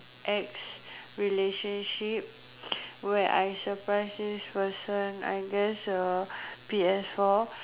ex relationship where I surprise this person I guess a P_S four